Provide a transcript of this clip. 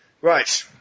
Right